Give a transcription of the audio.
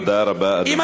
תודה רבה, אדוני.